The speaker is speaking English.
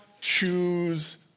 choose